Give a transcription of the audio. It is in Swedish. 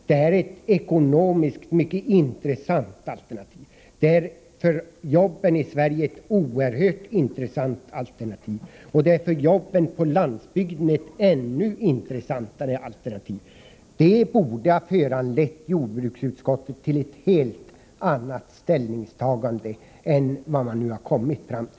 Det är ett ekonomiskt mycket intressant alternativ. Det är för jobben i Sverige ett oerhört intressant alternativ, och det är för jobben på landsbygden ett ännu intressantare alternativ. Det borde ha föranlett jordbruksutskottet att göra ett helt annat ställningstagande än det man nu har kommit fram till.